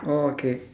orh okay